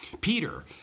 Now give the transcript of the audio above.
Peter